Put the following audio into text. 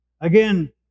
Again